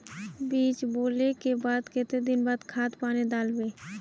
बीज बोले के बाद केते दिन बाद खाद पानी दाल वे?